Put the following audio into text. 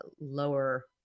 lower